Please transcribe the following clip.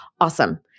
awesome